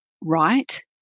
right